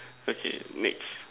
okay next